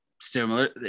similar